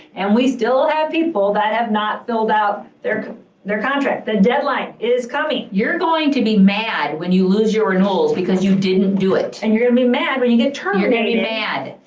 and we still have people that have not filled out their their contracts. the deadline is coming. you're going to be mad when you lose your renewals because you didn't do it. and you're gonna be mad when you get terminated, you're gonna be mad.